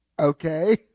Okay